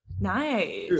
nice